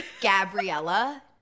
Gabriella